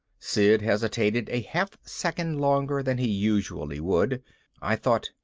sid hesitated a half second longer than he usually would i thought,